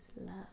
love